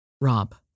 Rob